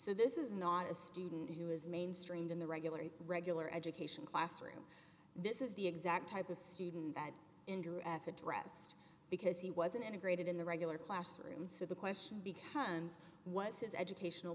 so this is not a student who is mainstreamed in the regular regular education classroom this is the exact type of student that indirect addressed because he was an integrated in the regular classroom so the question becomes was his educational